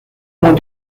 moins